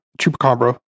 chupacabra